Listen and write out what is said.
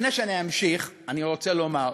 לפני שאני אמשיך, אני רוצה לומר,